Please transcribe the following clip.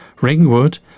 Ringwood